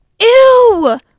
Ew